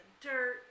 dirt